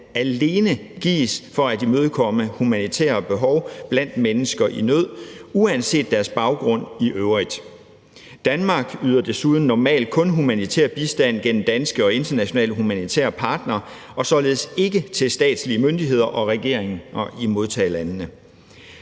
alene gives for at imødekomme humanitære behov blandt mennesker i nød, uanset deres baggrund i øvrigt. Danmark yder desuden normalt kun humanitær bistand gennem danske og internationale humanitære partnere og således ikke til statslige myndigheder og regeringerne i modtagerlandene.